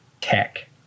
tech